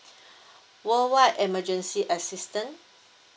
worldwide emergency assistant